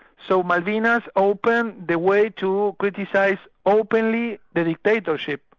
so malvinas opened the way to criticise openly the dictatorship